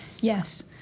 Yes